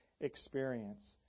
experience